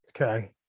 Okay